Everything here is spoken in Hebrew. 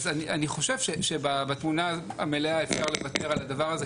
אז אני חושב שבתמונה המלאה אפשר לוותר על הדבר הזה,